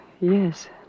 Yes